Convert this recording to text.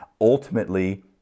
ultimately